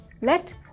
let